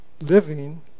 living